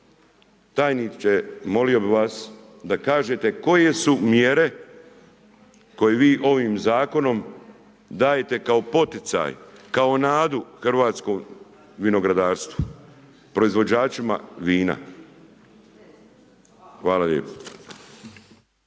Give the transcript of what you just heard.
Tajniče molio bih vas da kažete koje su mjere koje vi ovim zakonom dajete kao poticaj, kao nadu hrvatskom vinogradarstvu, proizvođačima vina? Hvala lijepo.